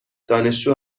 دانشجو